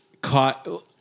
caught